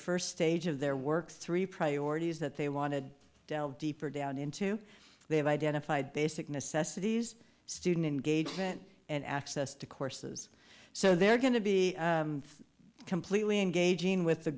stage of their work three priorities that they wanted delved deeper down into they have identified basic necessities student engagement and access to courses so they're going to be completely engaging with the